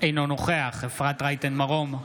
אינו נוכח אפרת רייטן מרום,